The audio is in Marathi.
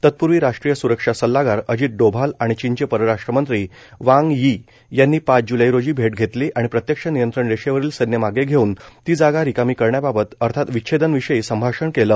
तत्पूर्वी राष्ट्रीय स्रक्षा सल्लागार अजित डोभाल आणि चीनचे परराष्ट्रमंत्री वांग यी यांनी पाच ज्लै रोजी भेट घेतली आणि प्रत्यक्ष नियंत्रण रेषेवरील सैन्य मागे घेऊन ती जागा रिकामी करण्याबाबत अर्थात विच्छेदन विषयी संभाषण केलं